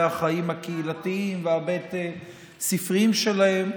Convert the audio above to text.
החיים הקהילתיים והבית ספריים שלהם.